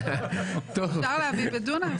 אפשר להביא בדונם,